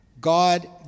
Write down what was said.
God